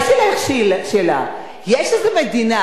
יש לי אלייך שאלה: יש איזו מדינה,